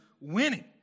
winning